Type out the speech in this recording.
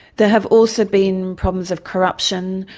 there have also been problems of corruption,